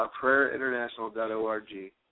Prayerinternational.org